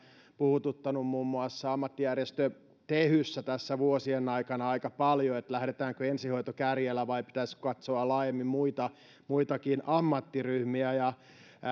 puhututtanut muun muassa ammattijärjestö tehyssä tässä vuosien aikana aika paljon lähdetäänkö ensihoitokärjellä vai pitäisikö katsoa laajemmin muitakin ammattiryhmiä